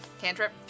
Cantrip